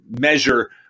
measure